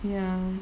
ya